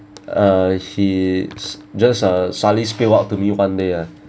uh he just uh suddenly spill out to me one day ah